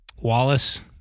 Wallace